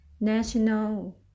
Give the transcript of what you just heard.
National